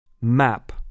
Map